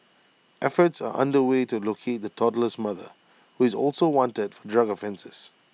efforts are under way to locate the toddler's mother who is also wanted for drug offences